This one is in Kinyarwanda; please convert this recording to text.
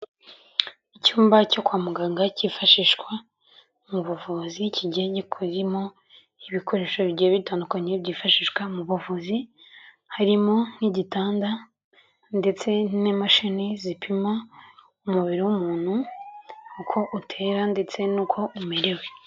Icyumba cyo kwa muganga cyifashishwa mu buvuzi, kigiye gikozemo ibikoresho bigiye bitandukanye byifashishwa mu buvuzi, harimo nk'igitanda ndetse n'imashini zipima umubiri w'umuntu, uko utera ndetse n'uko umerewe.